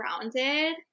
rounded